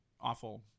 awful